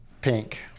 pink